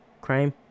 crime